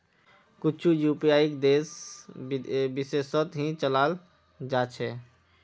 कुछु यूपीआईक देश विशेषत ही चलाल जा छे